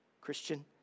Christian